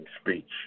speech